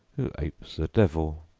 who apes the devil.